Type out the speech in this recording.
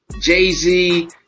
Jay-Z